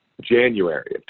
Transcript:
January